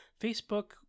facebook